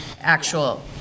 actual